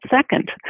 second